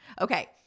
Okay